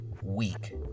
weak